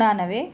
उणानवे